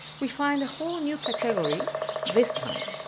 we find a whole new category this time.